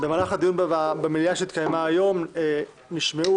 במהלך הדיון במליאה שהתקיימה היום נשמעו